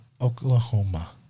Oklahoma